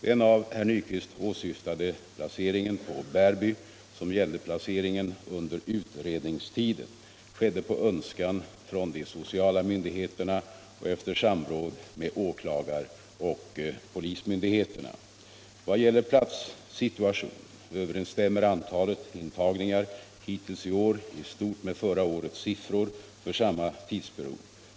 Den av herr Nyquist åsyftade placeringen på Bärby — som gällde placeringen under utredningstiden — skedde på önskan från de sociala myndigheterna och efter samråd med åklagaroch polismyndigheterna. Vad gäller platssituationen överensstämmer antalet intagningar hittills i år i stort med förra årets siffror för samma tidsperiod.